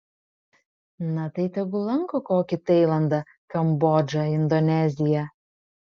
na tai tegul lanko kokį tailandą kambodžą indoneziją